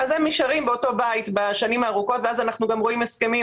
לכן הם נשארים באותו בית גדול ואז אנחנו גם רואים הסכמים